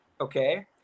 okay